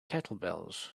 kettlebells